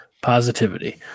Positivity